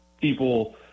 people